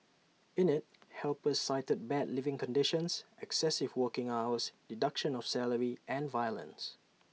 in IT helpers cited bad living conditions excessive working hours deduction of salary and violence